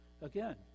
Again